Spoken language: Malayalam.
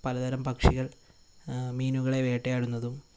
പലതരം പക്ഷികൾ മീനുകളെ വേട്ടയാടുന്നതും